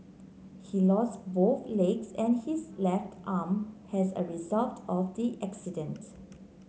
he lost both legs and his left arm as a result of the accident